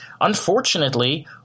unfortunately